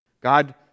God